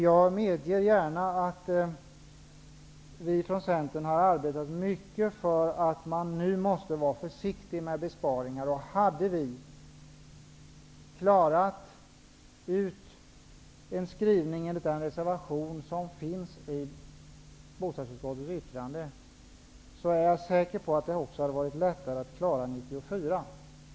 Jag medger gärna att vi från Centern har arbetat mycket för att man nu måste vara försiktig med besparingar. Om vi hade klarat ut en skrivning i enlighet med den reservation som finns i bostadsutskottets yttrande är jag säker på att det också skulle varit lättare att klara 1994.